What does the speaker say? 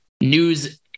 news